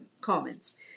comments